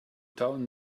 down